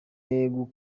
ibihembo